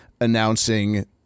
announcing